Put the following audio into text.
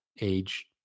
age